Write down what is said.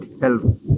help